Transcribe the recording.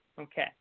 Okay